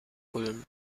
ulm